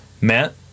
matt